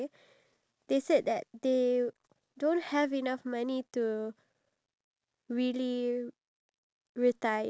cause if one thing drops one thing fails then it will affect your other part of your life it will affect this and that